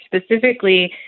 Specifically